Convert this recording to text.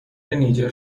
نیجر